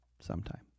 sometime